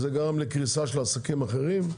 זה גרם לקריסת עסקים אחרים,